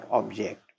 object